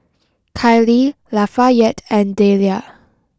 Kiley Lafayette and Dellia